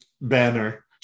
banner